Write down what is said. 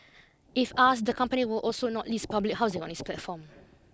if asked the company would also not list public housing on its platform